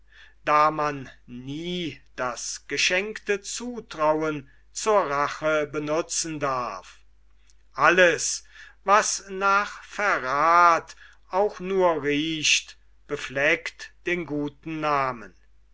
da man nie das geschenkte zutrauen zur rache benutzen darf alles was nach verrath auch nur riecht befleckt den guten namen